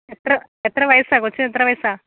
എത്ര എത്ര വയസ്സാ കൊച്ചിന് എത്ര വയസ്സാ